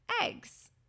eggs